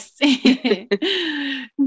Yes